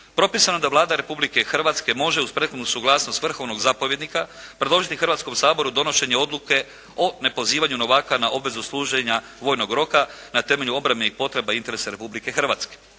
Propisano je da Vlada Republike Hrvatske može uz prethodnu suglasnost vrhovnog zapovjednika predložiti Hrvatskom saboru donošenje odluke o nepozivanju novaka na obvezu služenja vojnog roka na temelju obrambenih potreba i interesa Republike Hrvatske.